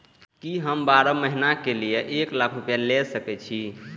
की हम बारह महीना के लिए एक लाख रूपया ले सके छी?